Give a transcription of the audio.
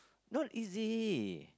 not easy